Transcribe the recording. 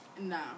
No